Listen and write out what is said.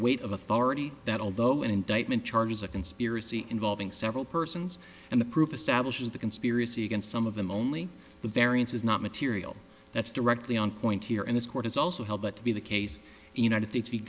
weight of authority that although an indictment charges a conspiracy involving several persons and the proof establishes the conspiracy against some of them only the variance is not material that's directly on point here in this court is also held that to be the case united states